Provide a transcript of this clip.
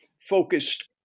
focused